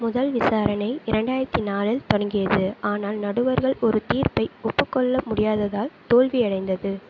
முதல் விசாரணை இரண்டாயிரத்து நாலில் தொடங்கியது ஆனால் நடுவர்கள் ஒரு தீர்ப்பை ஒப்பு கொள்ள முடியாததால் தோல்வியடைந்தது